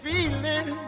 Feeling